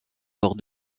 lors